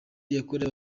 yakorewe